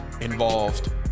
involved